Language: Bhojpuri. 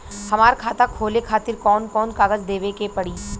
हमार खाता खोले खातिर कौन कौन कागज देवे के पड़ी?